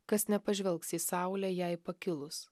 kas nepažvelgs į saulę jai pakilus